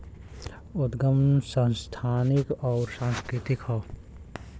उदगम संस्थानिक अउर सांस्कृतिक हौ